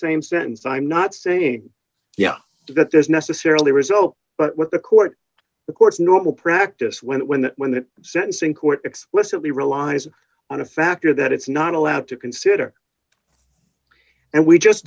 same sentence i'm not saying you know that there's necessarily result but what the court the court's normal practice when when when that sentencing court explicitly relies on a factor that it's not allowed to consider and we just